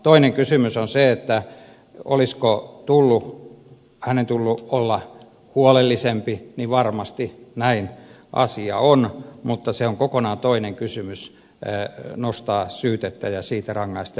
toinen kysymys on se olisiko hänen tullut olla huolellisempi ja varmasti näin asia on mutta on kokonaan toinen kysymys nostaa syyte ja siitä rangaista